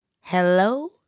Hello